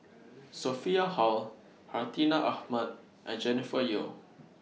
Sophia Hull Hartinah Ahmad and Jennifer Yeo